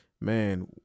man